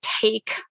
take